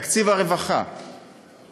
תקציב הרווחה